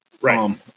Right